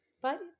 But-